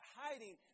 hiding